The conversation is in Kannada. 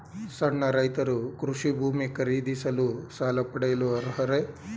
ಸಣ್ಣ ರೈತರು ಕೃಷಿ ಭೂಮಿ ಖರೀದಿಸಲು ಸಾಲ ಪಡೆಯಲು ಅರ್ಹರೇ?